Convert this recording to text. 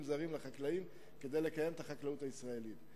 זרים לחקלאים כדי לקיים את החקלאות הישראלית.